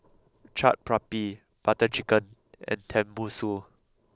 Chaat Papri Butter Chicken and Tenmusu